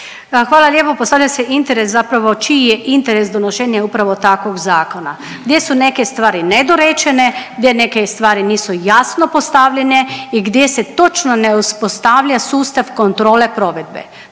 Hvala lijepa. Postavlja se interes, zapravo čiji je interes donošenja upravo takvog zakona gdje su neke stvari nedorečene, gdje neke stvari nisu jasno postavljene i gdje se točno ne uspostavlja sustav kontrole provedbe,